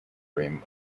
rim